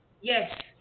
Yes